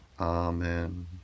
Amen